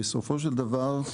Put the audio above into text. בסופו של דבר,